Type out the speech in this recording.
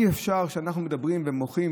אי-אפשר שאנחנו נדבר ונמחה,